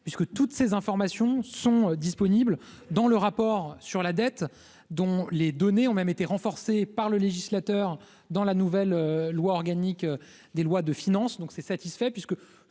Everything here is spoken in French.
puisque toutes ces informations sont disponibles dans le rapport sur la dette, dont les données ont même été renforcées par le législateur dans la nouvelle loi organique des lois de finances, donc c'est satisfait puisque